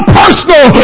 personal